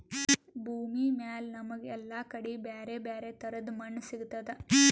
ಭೂಮಿಮ್ಯಾಲ್ ನಮ್ಗ್ ಎಲ್ಲಾ ಕಡಿ ಬ್ಯಾರೆ ಬ್ಯಾರೆ ತರದ್ ಮಣ್ಣ್ ಸಿಗ್ತದ್